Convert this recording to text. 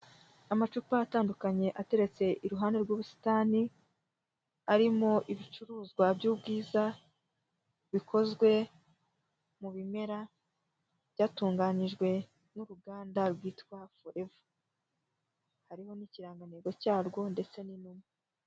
Amacupa atandukanye ateretse iruhande rw'ubusitani, arimo ibicuruzwa by'ubwiza, bikozwe mu bimera, byatunganijwe n'uruganda rwitwa Forever. Hariho n'ikirangantego cyarwo ndetse n'inuma.